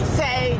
say